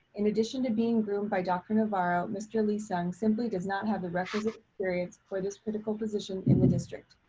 in addition to being groomed by dr. navarro, mr. lee-sung simply does not have the requisite experience for this critical position in the district.